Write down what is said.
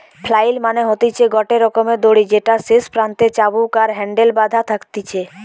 flail মানে হতিছে গটে রকমের দড়ি যেটার শেষ প্রান্তে চাবুক আর হ্যান্ডেল বাধা থাকতিছে